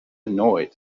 annoyed